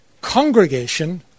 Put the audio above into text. congregation